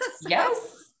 Yes